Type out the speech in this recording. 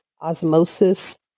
osmosis